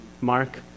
Mark